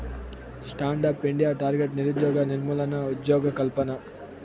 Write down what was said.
stand up India target నిరుద్యోగ నిర్మూలన, ఉజ్జోగకల్పన